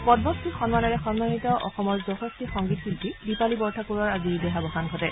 পদ্মশ্ৰী সন্মানেৰে সন্মানিত অসমৰ যশস্বী সংগীতশিল্পী দীপালী বৰঠাকুৰৰ আজি দেহাৱসান ঘটে